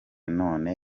none